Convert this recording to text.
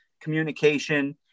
communication